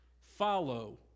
Follow